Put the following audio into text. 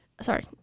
Sorry